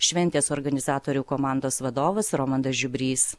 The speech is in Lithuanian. šventės organizatorių komandos vadovas romandas žiubrys